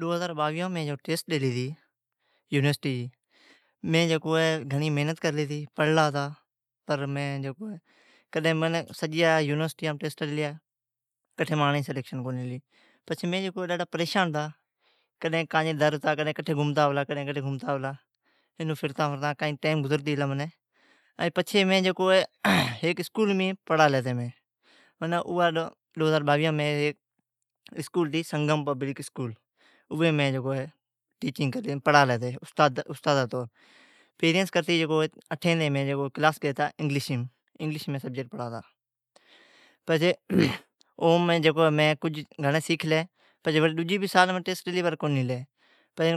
ڈو ھزر باویھام مین جکو ٹیسٹ ڈیلی ھتی یونیسٹی جی مین جکو ہے گھڑین محنت کرلی ھتی پڑھلا ھتا۔ مین جھم یونیسٹیام ٹیسٹا ڈیلیا پچھی مین ڈاڈھا پریشان ھتا، کڈھن کان جی در گھمتا پلا کڈھن کانجی۔ پچھی مین ڈوھزار باویھام ھیک اسکولھتی اویم پڑھالی اوی جی ناء سنگم پبلک اسکول ھتی ایز آ ٹیچر۔ پیریین کرتی اٹھین تائین مین انگلش پڑھاتا۔ اوم مین گھڑین سیکھلی، مین ھیک ڈجی بھی ٹیسٹ ڈیلی پر کو ھلی بڑی